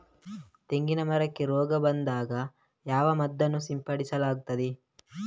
ತೆಂಗಿನ ಮರಕ್ಕೆ ರೋಗ ಬಂದಾಗ ಯಾವ ಮದ್ದನ್ನು ಸಿಂಪಡಿಸಲಾಗುತ್ತದೆ?